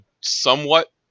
somewhat